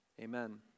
Amen